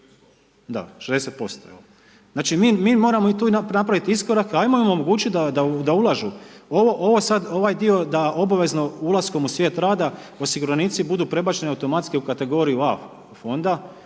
60% evo. Znači mi moramo i tu napraviti iskorak, ajmo im omogućit da ulažu. Ovaj dio da obavezno ulaskom u svijet rada osiguranici budu prebačeni automatski u kategoriju A fonda,